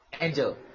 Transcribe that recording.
angel